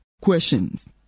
questions